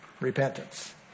Repentance